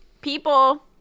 people